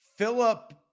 Philip